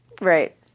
Right